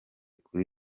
kuri